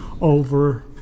over